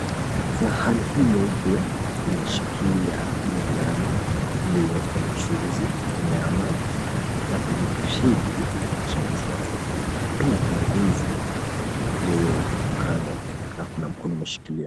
Sahani hii nyeupe imeshikilia biriani iliyowekwa mchuuzi, nyama na pilipili ya kuchemshwa, na pia kuna ndizi iliyowekwa kando na kuna mkono umeshikilia.